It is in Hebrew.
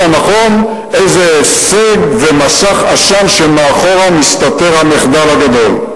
הנכון איזה הישג ומסך עשן שמאחוריו מסתתר המחדל הגדול.